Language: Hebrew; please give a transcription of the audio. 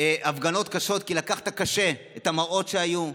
הפגנות קשות, כי לקחת קשה את המראות שהיו,